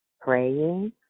praying